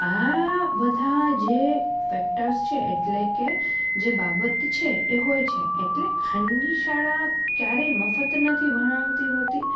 આ બધા જે ફેક્ટર્સ છે એટલે કે જે બાબત છે એ હોય છે એટલે ખાનગી શાળા ક્યારેય મફત નથી ભણાવતી હોતી